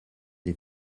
des